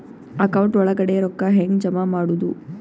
Account ಒಳಗಡೆ ರೊಕ್ಕ ಹೆಂಗ್ ಜಮಾ ಮಾಡುದು?